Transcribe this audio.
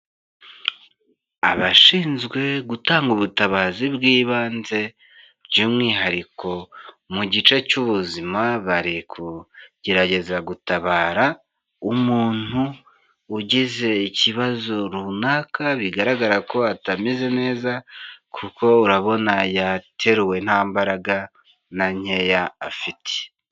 Abashinzwe gutanga ubutabazi bw'ibanze by'umwihariko mu gice cy'ubuzima, bari kugerageza gutabara umuntu ugize ikibazo runaka, bigaragara ko atameze neza kuko urabona yateruwe nta mbaraga nta nkeya afite.